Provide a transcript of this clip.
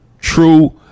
true